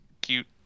cute